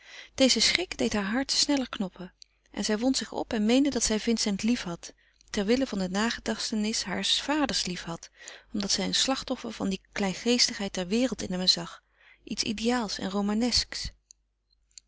deze schrik deed haar hart sneller kloppen en zij wond zich op en meende dat zij vincent liefhad terwille van de nagedachtenis haars vaders liefhad omdat zij een slachtoffer van de kleingeestigheid der wereld in hem zag iets ideaals en romanesks